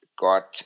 got